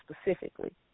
specifically